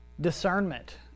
Discernment